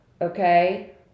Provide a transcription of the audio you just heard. okay